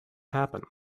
happen